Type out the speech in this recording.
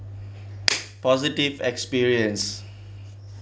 positive experience